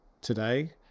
today